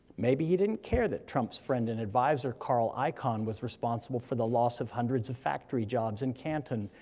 maybe he didn't care that trump's friend and advisor, carl icahn, was responsible for the loss of hundreds of factory jobs in canton,